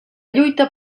lluita